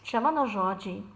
čia mano žodžiai